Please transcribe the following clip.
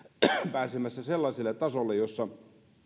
pääsemässä sellaiselle tasolle jossa